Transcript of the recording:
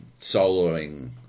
soloing